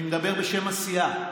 אני מדבר בשם הסיעה.